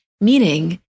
meaning